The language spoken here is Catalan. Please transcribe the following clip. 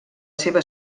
seva